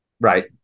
right